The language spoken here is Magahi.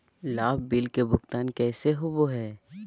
लाभ बिल के भुगतान कैसे होबो हैं?